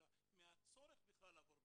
אלא מהצורך בכלל לעבור בדיקות.